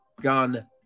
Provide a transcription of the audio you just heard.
Gun